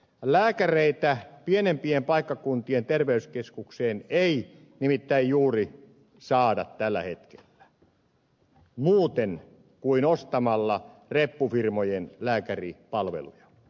lääkäreitä ei pienempien paikkakuntien terveyskeskuksiin nimittäin juuri saada tällä hetkellä muuten kuin ostamalla reppufirmojen lääkäripalveluja